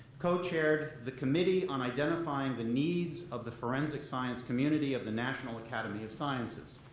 co-chaired the committee on identifying the needs of the forensic science community of the national academy of sciences.